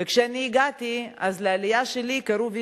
וכשאני הגעתי אז לעלייה שלי קראו "וילה-וולבו",